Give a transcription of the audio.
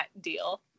deal